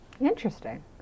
Interesting